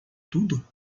tudo